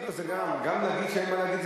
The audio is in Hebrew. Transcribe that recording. גם להגיד שאין מה להגיד,